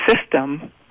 system